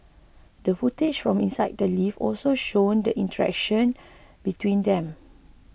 the footage from inside the lift also showed the interaction between them